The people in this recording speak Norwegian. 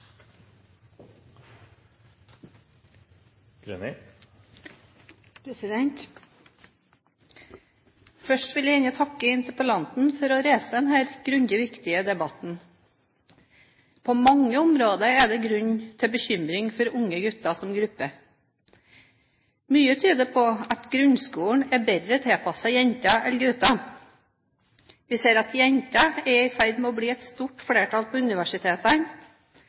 Først vil jeg gjerne takke interpellanten for å reise denne grundige og viktige debatten. På mange områder er det grunn til bekymring for unge gutter som gruppe. Mye tyder på at grunnskolen er bedre tilpasset jenter enn gutter. Vi ser at jentene er i ferd med å bli i stort flertall på universitetene,